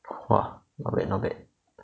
!wah! not bad not bad